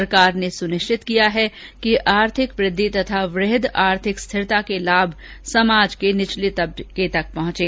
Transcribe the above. सरकार ने सुनिश्चित किया है कि आर्थिक वृद्धि तथा बृहद आर्थिक स्थिरता के लाभ समाज के निचले तबके तक पहुंचे